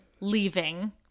leaving